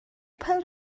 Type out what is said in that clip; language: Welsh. pêl